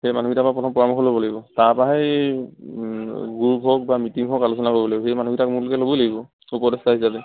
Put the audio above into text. সেই মানুহকিটাৰ পৰা প্ৰথম পৰামৰ্শ ল'ব লাগিব তাৰ পৰাহে এই গ্ৰুপ হওক বা মিটিং হওক আলোচনা কৰিব লাগিব সেই মানুহকিটাক মূলকে ল'বই লাগিব উপদেষ্টা হিচাপে